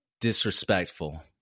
Disrespectful